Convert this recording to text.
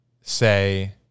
say